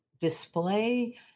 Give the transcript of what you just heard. display